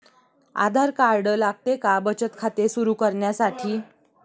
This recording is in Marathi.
आधार कार्ड लागते का बचत खाते सुरू करण्यासाठी?